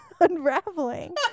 unraveling